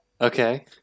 Okay